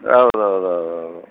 ಹೌದೌದು ಹೌದೌದು